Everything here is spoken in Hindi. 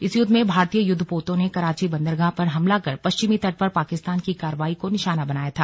इस युद्ध में भारतीय युद्धपोतों ने कराची बंदरगाह पर हमला कर पश्चिमी तट पर पाकिस्तान की कार्रवाई को निशाना बनाया था